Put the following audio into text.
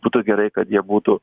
būtų gerai kad jie būtų